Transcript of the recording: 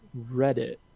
Reddit